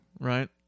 Right